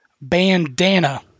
Bandana